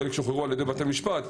חלק שוחררו על ידי בתי המשפט,